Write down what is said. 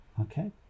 Okay